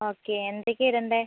okay എന്തൊക്കെയാണ് ഇടേണ്ടത്